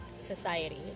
society